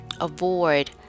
avoid